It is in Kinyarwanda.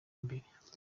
imbere